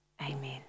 amen